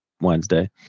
Wednesday